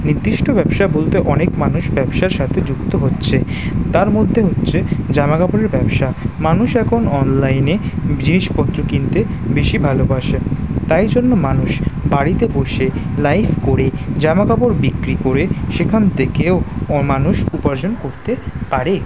নির্দিষ্ট ব্যবসা বলতে অনেক মানুষ ব্যবসার সাথে যুক্ত হচ্ছে তার মধ্যে হচ্ছে জামা কাপড়ের ব্যবসা মানুষ এখন অনলাইনে জিনিসপত্র কিনতে বেশি ভালোবাসে তাই জন্য মানুষ বাড়িতে বসে লাইভ করে জামা কাপড় বিক্রি করে সেখান থেকেও মানুষ উপার্জন করতে পারে